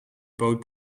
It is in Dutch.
poot